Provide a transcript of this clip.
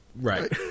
Right